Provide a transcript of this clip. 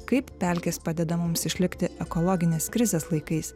kaip pelkės padeda mums išlikti ekologinės krizės laikais